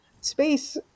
space